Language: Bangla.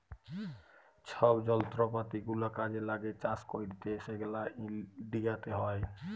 ছব যলত্রপাতি গুলা কাজে ল্যাগে চাষ ক্যইরতে সেগলা ইলডিয়াতে হ্যয়